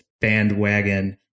bandwagon